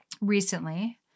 recently